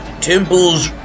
temples